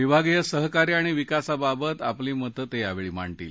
विभागीय सहकार्य आणि विकासाबाबत आपली मतं ते यावेळी मांडतील